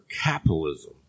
capitalism